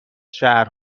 شهر